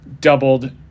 doubled